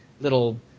little